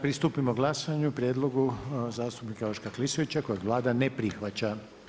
Pristupimo glasovanju o prijedlogu zastupnika Joška Klisovića kojeg Vlada ne prihvaća.